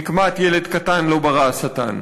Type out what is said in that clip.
נקמת ילד קטן, לא ברא השטן.